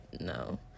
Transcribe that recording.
no